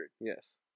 yes